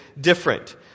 different